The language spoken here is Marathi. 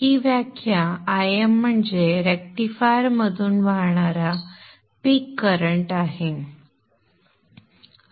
ही व्याख्या Im म्हणजे रेक्टिफायरमधून वाहणारा पीक करंट आहे